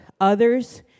Others